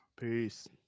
Peace